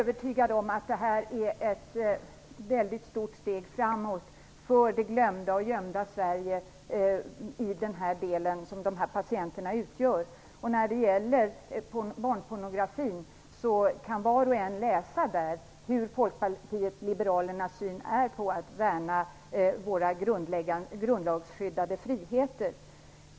Fru talman! Nej, jag är övertygad om att det nu vad gäller dessa patienter är fråga om ett mycket stort steg framåt för det glömda och gömda Sverige. Vad avser barnpornografin kan var och en studera hur Folkpartiet liberalerna ser på värnandet av våra grundlagsskyddade friheter.